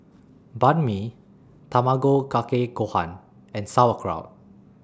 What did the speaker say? Banh MI Tamago Kake Gohan and Sauerkraut